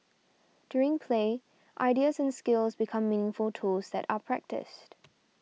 during play ideas and skills become meaningful tools that are practised